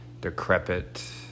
decrepit